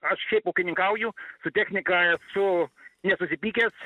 aš šiaip ūkininkauju su technika esu nesusipykęs